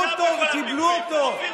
שמישהו שיושב איתך מכנה אותך "סוטה",